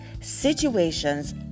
situations